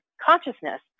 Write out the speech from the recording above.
consciousness